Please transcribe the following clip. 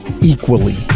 Equally